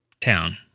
town